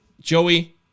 Joey